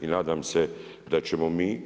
I nadam se da ćemo mi